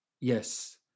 Yes